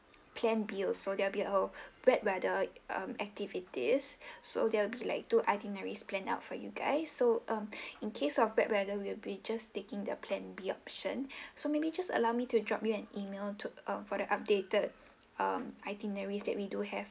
plan B also there will be a wet weather um activities so there will be like two itineraries planned out for you guys so um in case of wet weather we're just taking the plan B option so maybe just allow me to drop you an email to uh for the updated um itineraries that we do have